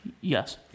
yes